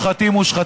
מושחתים,